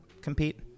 compete